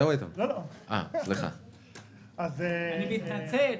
אני מתנצל.